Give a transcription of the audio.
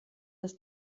dass